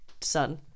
son